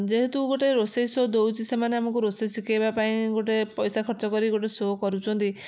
ଯେହେତୁ ଗୋଟେ ରୋଷେଇ ସୋ ଦଉଛି ସେମାନେ ଆମକୁ ରୋଷେଇ ଶିଖେଇବା ପାଇଁ ଗୋଟେ ପଇସା ଖର୍ଚ୍ଚ କରି ଗୋଟେ ସୋ କରୁଛନ୍ତି